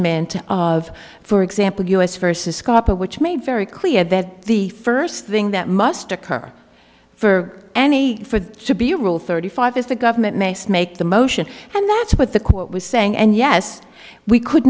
acknowledgment of for example u s versus scapa which made very clear that the first thing that must occur for any for to be a rule thirty five is the government makes make the motion and that's what the quote was saying and yes we could